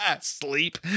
Sleep